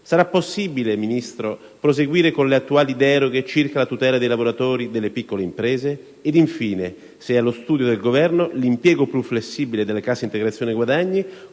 Sarà possibile, Ministro, proseguire con le attuali deroghe circa la tutela dei lavoratori delle piccole imprese? Infine, vorrei sapere se è allo studio del Governo l'impiego più flessibile della cassa integrazione guadagni,